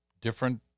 different